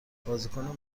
بازیکن